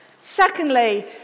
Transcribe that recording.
Secondly